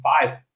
five